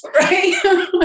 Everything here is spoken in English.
right